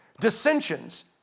dissensions